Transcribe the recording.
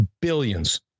billions